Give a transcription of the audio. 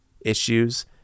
issues